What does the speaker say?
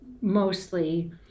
mostly